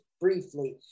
briefly